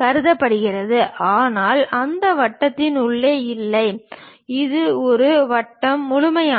கருதப்படுகிறது ஆனால் அந்த வட்டத்தின் உள்ளே இல்லை இது ஒரு வட்டம் முழுமையானது